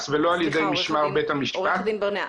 ולא על ידי משמר בית המשפט --- עורך דין ברנע,